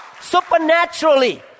Supernaturally